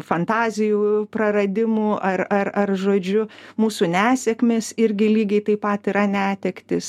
fantazijų praradimu ar ar ar žodžiu mūsų nesėkmės irgi lygiai taip pat yra netektys